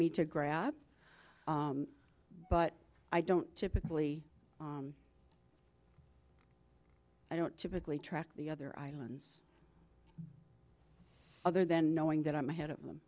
me to grab but i don't typically i don't typically track the other islands other than knowing that i'm ahead of them